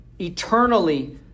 eternally